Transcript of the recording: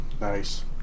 Nice